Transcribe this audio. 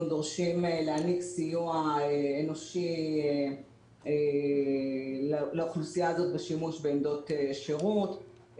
אנחנו דורשים להעניק סיוע אנושי לאוכלוסייה הזאת בשימוש בעמדות שירות.